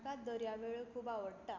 म्हाका दर्यावेळो खूब आवडटा